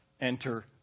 enter